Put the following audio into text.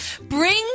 Bring